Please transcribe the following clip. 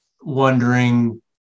wondering